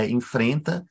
enfrenta